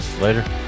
later